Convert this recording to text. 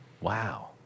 Wow